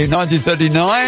1939